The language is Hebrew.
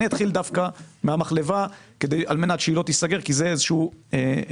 אני אתחיל דווקא מהמחלבה, כי זה איזה שהוא בסיס.